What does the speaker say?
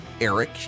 Eric